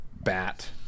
bat